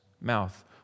mouth